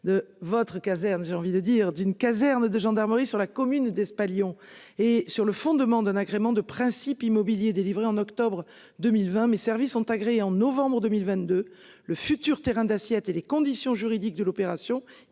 de votre caserne. J'ai envie de dire d'une caserne de gendarmerie sur la commune d'Espagne on et sur le fondement d'un agrément de principe immobilier délivré en octobre 2020 mais services ont agréé en novembre 2022 le futur terrain d'assiette et les conditions juridiques de l'opération